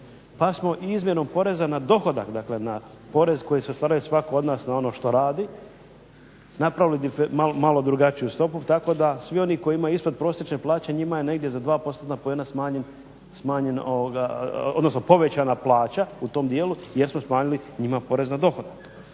Pa smo i izmjenom poreza na dohodak, dakle na porez koji su ostvarili svatko od nas na ono što radi napravili malo drugačiju stopu tako da svi oni koji imaju ispodprosječne plaće njima je negdje za dva postotna poena smanjen odnosno povećana plaća u tom dijelu jer smo smanjili njima porez na dohodak.